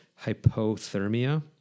hypothermia